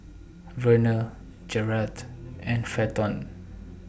Verner Gerhardt and Fenton